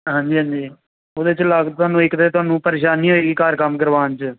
ਹਾਂਜੀ ਹਾਂਜੀ ਉਹਦੇ 'ਚ ਲਾ ਕੇ ਤੁਹਾਨੂੰ ਇੱਕਤਾਂ ਤੁਹਾਨੂੰ ਪਰੇਸ਼ਾਨੀ ਹੋਏਗੀ ਘਰ ਕੰਮ ਕਰਵਾਉਣ 'ਚ